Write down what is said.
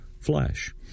flesh